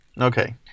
Okay